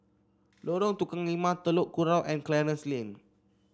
Lorong Tukang Lima Telok Kurau and Clarence Lane